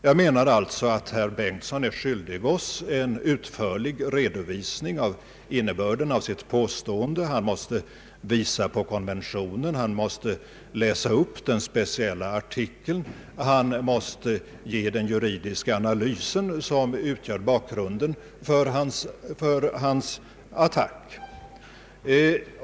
Jag menar alltså att herr Bengtson är skyldig oss en utförlig redovisning av inne börden av sitt påstående. Han måste visa på konventionen, han måste läsa upp den speciella artikeln, och han måste ge den juridiska analys som utgör bakgrunden för hans attack.